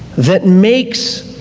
that makes,